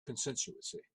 constituency